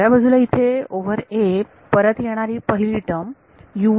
डाव्या बाजूला इथे ओव्हर a परत येणारी पहिली टर्म आहे